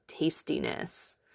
tastiness